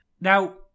Now